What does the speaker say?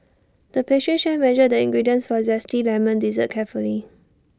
the pastry chef measured the ingredients for A Zesty Lemon Dessert carefully